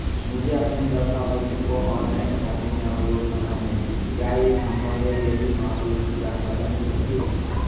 मुझे अपने दस्तावेज़ों को ऑनलाइन खाते में अपलोड करना है क्या ये संभव है यदि हाँ तो इसकी जानकारी मिल सकती है?